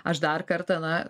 aš dar kartą na